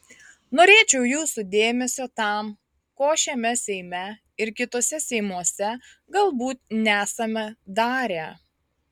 norėčiau jūsų dėmesio tam ko šiame seime ir kituose seimuose galbūt nesame darę